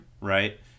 right